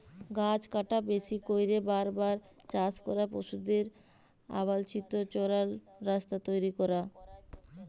গাহাচ কাটা, বেশি ক্যইরে বার বার চাষ ক্যরা, পশুদের অবাল্ছিত চরাল, রাস্তা তৈরি ক্যরা